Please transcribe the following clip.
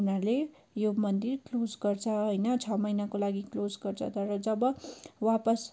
उनीहरूले यो मन्दिर क्लोज गर्छ होइन छ महिनाको लागि क्लोज गर्छ तर जब वापस